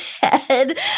head